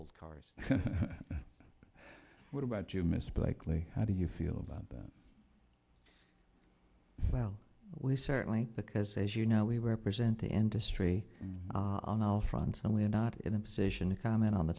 old cars what about you mr blakeley how do you feel about the well we certainly because as you know we represent the industry now front and we're not in a position to comment on the